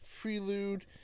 Prelude